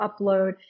upload